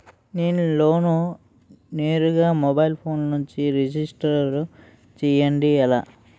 నేను లోన్ నేరుగా mobile phone నుంచి రిజిస్టర్ చేయండి ఎలా?